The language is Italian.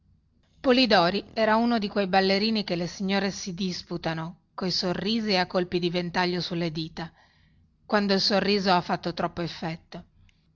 polidori era uno di quei ballerini che le signore si disputano coi sorrisi e a colpi di ventaglio sulle dita quando il sorriso ha fatto troppo effetto